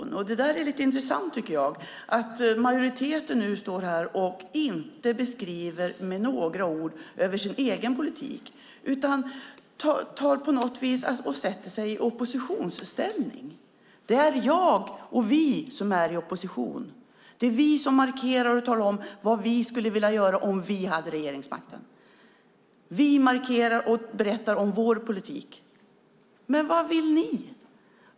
Jag tycker att det är lite intressant att majoriteten står här och inte med några ord beskriver sin egen politik utan på något sätt sätter sig i oppositionsställning. Det är jag och vi som är opposition. Det är vi som markerar och talar om vad vi skulle vilja göra om vi hade regeringsmakten. Vi markerar och berättar om vår politik. Men vad vill ni?